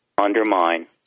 undermine